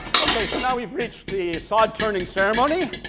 okay so now we've reached the sod turning ceremony,